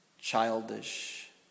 childish